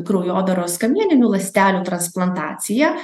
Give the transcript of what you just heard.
kraujodaros kamieninių ląstelių transplantaciją